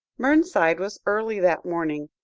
mernside was early that morning,